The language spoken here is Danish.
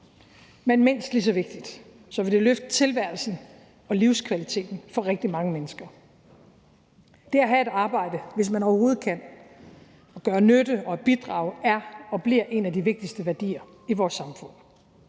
men mindst lige så vigtigt er det, at det vil løfte tilværelsen og livskvaliteten for rigtig mange mennesker. Det at have et arbejde, hvis man overhovedet kan, og gøre nytte og bidrage er og bliver en af de vigtigste værdier i vores samfund.